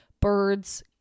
Birds